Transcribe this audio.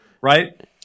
right